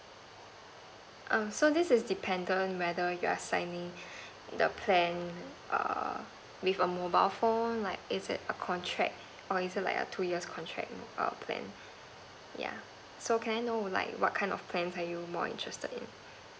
um so this is dependent whether you are signing the plan err with a mobile phone like is it a contract err is it like a two years contract err plan yeah so can I know like what kind of plans are you more interested in